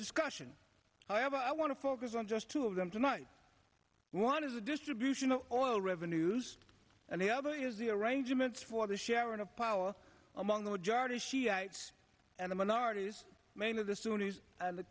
discussion however i want to focus on just two of them tonight one is the distribution of oil revenues and the other is the arrangements for the sharing of power among the majority shiites and the minorities main of the sunni and the